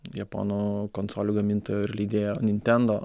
japonų konsolių gamintojo ir leidėjo nintendo